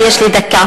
אבל יש לי דקה.